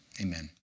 Amen